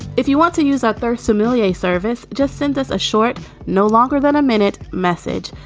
if you want to use out their familiar service, just send us a short no longer than a minute message.